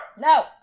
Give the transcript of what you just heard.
No